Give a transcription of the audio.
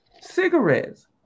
cigarettes